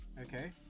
Okay